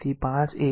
તેથી 5a